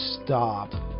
stop